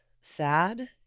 sad